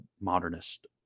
modernist